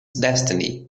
destiny